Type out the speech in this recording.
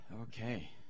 okay